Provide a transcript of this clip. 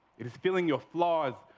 it is feeling your flaws,